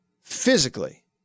physically